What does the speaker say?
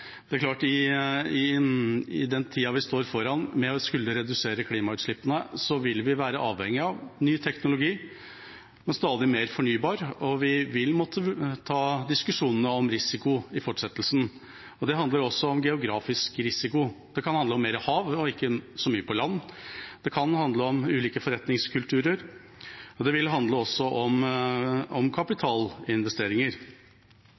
det er klart at i den tida vi står foran med å skulle redusere klimautslippene, vil vi være avhengig av ny teknologi og stadig mer fornybar energi. Vi vil måtte ta diskusjonene om risiko i fortsettelsen. Det handler også om geografisk risiko. Det kan handle om mer hav og ikke så mye på land. Det kan handle om ulike forretningskulturer, og det vil også handle om